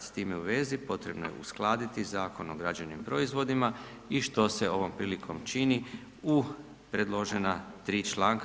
S time u vezi potrebno je uskladiti Zakon o građevnim proizvodima i što se ovom prilikom čini u predložena 3 članka.